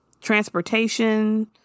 transportation